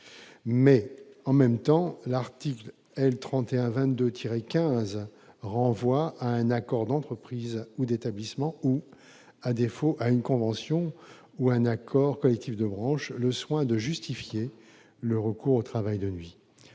loi. En même temps, l'article L. 3122-15 du code du travail renvoie à un accord d'entreprise ou d'établissement, ou, à défaut, à une convention ou à un accord collectif de branche, le soin de justifier le recours au travail de nuit.